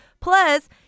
Plus